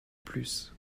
plus